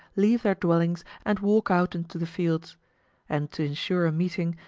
leave their dwellings and walk out into the fields and to insure a meeting,